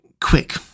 Quick